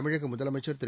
தமிழக முதலமைச்சா் திரு